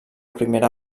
primera